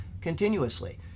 continuously